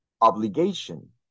obligation